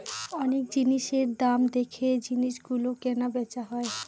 অনেক জিনিসের দাম দেখে জিনিস গুলো কেনা বেচা হয়